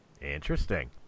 Interesting